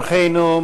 אורחנו,